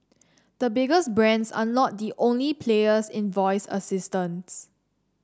the biggest brands are not the only players in voice assistants